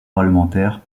parlementaire